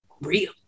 real